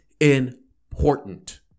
important